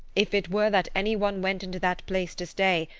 if it were that any one went into that place to stay,